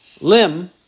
limb